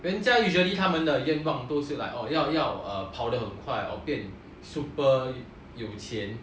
人家 usually 他们的愿望都是 orh like 要要跑得很快 or 变 super 有钱